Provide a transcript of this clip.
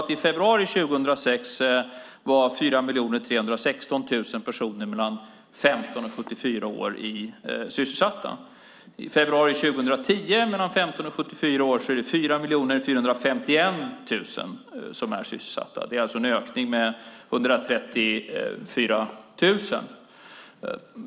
I februari 2006 var 4 316 000 personer mellan 15 och 74 år sysselsatta. I februari 2010 var 4 451 000 personer mellan 15 och 74 år sysselsatta. Det är alltså en ökning med 134 000.